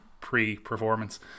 pre-performance